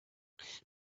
but